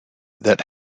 that